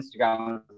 Instagram